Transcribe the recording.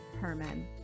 herman